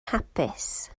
hapus